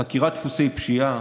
חקירת דפוסי פשיעה,